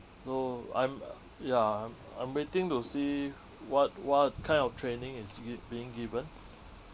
no I'm ya I'm I'm waiting to see what what kind of training is gi~ being given